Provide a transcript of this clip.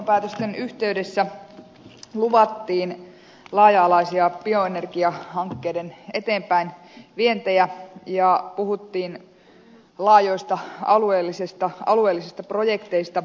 ydinvoimapäätösten yhteydessä luvattiin laaja alaisia bioenergiahankkeiden eteenpäinvientejä ja puhuttiin laajoista alueellisista projekteista